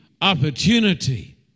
opportunity